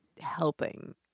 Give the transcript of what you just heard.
helping